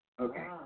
okay